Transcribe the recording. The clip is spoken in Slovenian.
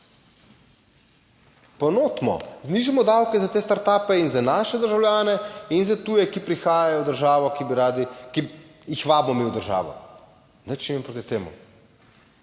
Poenotimo, znižamo davke za te startupe in za naše državljane in za tuje, ki prihajajo v državo, ki bi radi, ki jih vabimo mi v državo. Nič nimam proti temu,